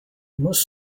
most